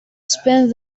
spent